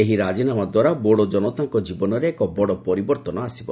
ଏହି ରାଜିନାମା ଦ୍ୱାରା ବୋଡୋ ଜନତାଙ୍କ ଜୀବନରେ ଏକ ବଡ଼ ପରିବର୍ତ୍ତନ ଆସିବ